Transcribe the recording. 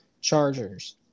Chargers